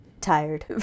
tired